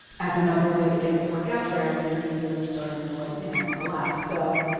as another way to get the work out there as the media was starting to like, you know, collapse. so,